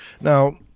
Now